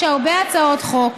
יש הרבה הצעות חוק.